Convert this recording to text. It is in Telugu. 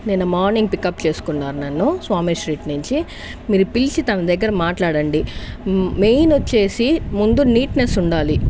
నిన్న మార్నింగ్ పికప్ చేసుకున్నారు నన్ను స్వామి స్ట్రీట్ నుంచి మీరు పిలిచి తన దగ్గర మాట్లాడండి మెయిన్ వచ్చేసి ముందు నీట్నెస్ ఉండాలి